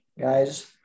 guys